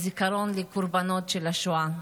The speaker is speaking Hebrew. הזיכרון לקורבנות של השואה.